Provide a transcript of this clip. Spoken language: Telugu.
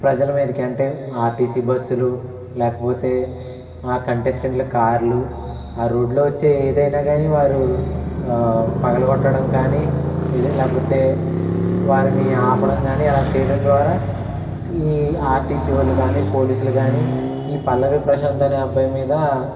ప్రజల మీదికి అంటే ఆర్టీసీ బస్సులు లేకపోతే కంటెస్టెంట్లు కార్లు ఆ రోడ్లో వచ్చే ఏదైనా కానీ వారు పగలగొట్టడం కానీ ఇది లేకపోతే వారిని ఆపడం కానీ అలా చేయడం ద్వారా ఈ ఆర్టీసీ వాళ్ళు కానీ పోలీసులు కానీ ఈ పల్లవి ప్రశాంత్ అనే అబ్బాయి మీదా